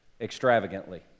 extravagantly